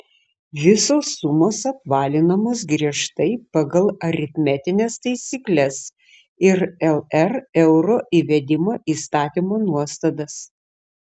visos sumos apvalinamos griežtai pagal aritmetines taisykles ir lr euro įvedimo įstatymo nuostatas